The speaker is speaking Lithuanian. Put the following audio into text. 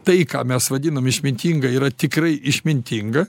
tai ką mes vadinam išmintinga yra tikrai išmintinga